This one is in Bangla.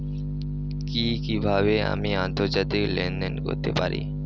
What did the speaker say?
কি কিভাবে আমি আন্তর্জাতিক লেনদেন করতে পারি?